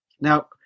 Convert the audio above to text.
Now